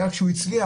כשהוא הצליח,